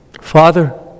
Father